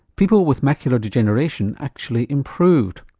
people with macular degeneration actually improved.